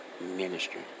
ministry